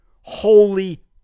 Holy